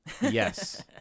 Yes